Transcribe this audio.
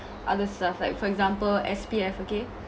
other stuff like for example S_P_F okay